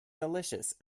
delicious